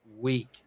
week